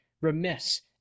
remiss